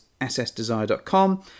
ssdesire.com